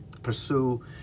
pursue